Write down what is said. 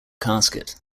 casket